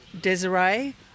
Desiree